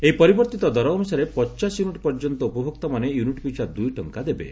ଏହି ପରିବର୍ତ୍ତିତ ଦର ଅନୁସାରେ ପଚାଶ ୟୁନିଟ୍ ପର୍ଯ୍ୟନ୍ତ ଉପଭୋକ୍ତାମାନେ ୟୁନିଟ୍ ପିଛା ଦୁଇ ଟଙ୍କା ଦେବେ